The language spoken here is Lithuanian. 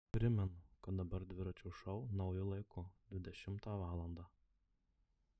primenu kad dabar dviračio šou nauju laiku dvidešimtą valandą